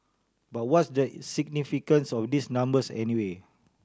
but what's the significance of these numbers anyway